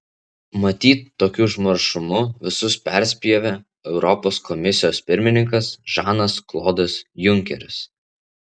matyt tokiu užmaršumu visus perspjovė europos komisijos pirmininkas žanas klodas junkeris